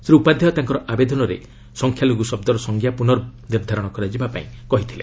ଶ୍ରୀ ଉପାଧ୍ୟାୟ ତାଙ୍କର ଆବେଦନରେ ସଂଖ୍ୟାଲଘୁ ଶବ୍ଦର ସଂଜ୍ଞା ପୁନର୍ନିର୍ଦ୍ଧାରଣ କରାଯିବାପାଇଁ କହିଥିଲେ